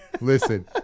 Listen